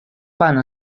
pano